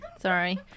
Sorry